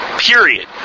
period